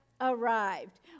arrived